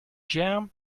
jam